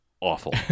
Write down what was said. awful